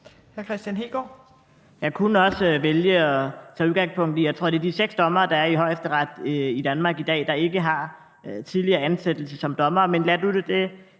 Jeg kunne også vælge at tage udgangspunkt, at seks af de dommere, der er i Højesteret i Danmark i dag, ikke, tror jeg, har haft tidligere ansættelse som dommere. Men lad nu det ligge.